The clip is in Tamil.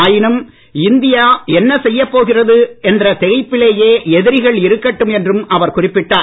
ஆயினும் இந்திய என்ன செய்யப் போகிறது என்ற திகைப்பிலேயே எதிரிகள் இருக்கட்டும் என்றும் அவர் குறிப்பிட்டார்